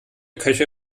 köche